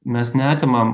mes neatimam